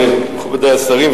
מכובדי השרים,